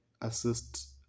assist